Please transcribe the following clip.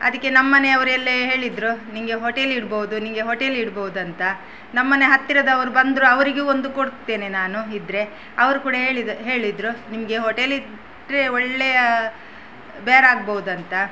ಅದಕ್ಕೆ ನಮ್ಮನೆಯವರೆಲ್ಲ ಹೇಳಿದರು ನಿನಗೆ ಹೋಟೆಲ್ ಇಡ್ಬಹುದು ನಿನಗೆ ಹೋಟೆಲ್ ಇಡ್ಬಹುದಂತ ನಮ್ಮನೆ ಹತ್ತಿರದವರು ಬಂದರು ಅವರಿಗೂ ಒಂದು ಕೊಡುತ್ತೇನೆ ನಾನು ಇದ್ದರೆ ಅವರು ಕೂಡ ಹೇಳಿದ್ದು ಹೇಳಿದರು ನಿಮಗೆ ಹೋಟೆಲಿಟ್ಟರೆ ಒಳ್ಳೆಯ ಬ್ಯಾರ ಆಗ್ಬಹುದು ಅಂತ